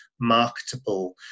marketable